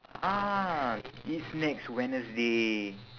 ah it's next wednesday